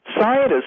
scientists